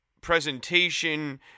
presentation